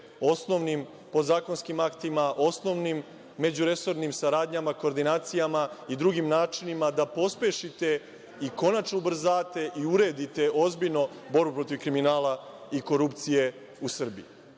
osnovnim podzakonskim aktima, osnovnim međuresornim saradnjama, koordinacijama i drugim načinima, da pospešite i konačno ubrzate i uredite ozbiljno borbu protiv kriminala i korupcije u